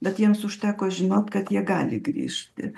bet jiems užteko žinot kad jie gali grįžti